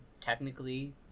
technically